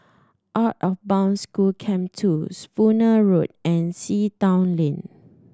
Out of Bound School Camp two Spooner Road and Sea Town Lane